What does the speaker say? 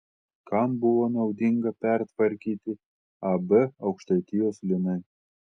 kam buvo naudinga pertvarkyti ab aukštaitijos linai